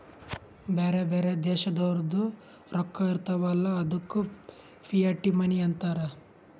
ಬ್ಯಾರೆ ಬ್ಯಾರೆ ದೇಶದೋರ್ದು ರೊಕ್ಕಾ ಇರ್ತಾವ್ ಅಲ್ಲ ಅದ್ದುಕ ಫಿಯಟ್ ಮನಿ ಅಂತಾರ್